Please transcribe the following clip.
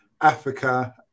Africa